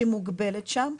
שהיא מוגבלת שם,